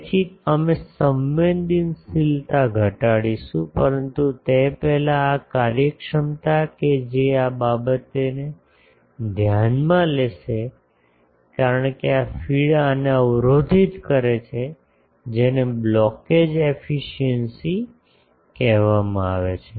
તેથી અમે સંવેદનશીલતા ઘટાડીશું પરંતુ તે પહેલાં આ કાર્યક્ષમતા કે જે આ બાબતને ધ્યાનમાં લેશે કારણ કે આ ફીડ આને અવરોધિત કરે છે જેને બ્લોકેજ એફિસિએંસી કહેવામાં આવે છે